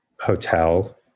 Hotel